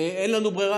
אין לנו ברירה,